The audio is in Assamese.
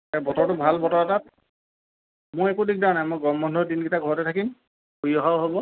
বতৰটো ভাল বতৰ এটাত মোৰ একো দিগদাৰ নাই মই গৰম বন্ধৰ দিনকেইটা ঘৰতে থাকিম ফুৰি অহাও হ'ব